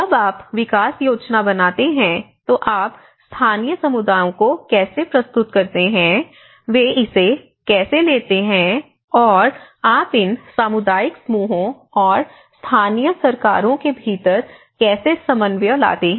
जब आप विकास योजना बनाते हैं तो आप स्थानीय समुदायों को कैसे प्रस्तुत करते हैं वे इसे कैसे लेते हैं और आप इन सामुदायिक समूहों और स्थानीय सरकारों के भीतर कैसे समन्वय लाते हैं